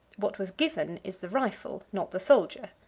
what was given is the rifle, not the soldier.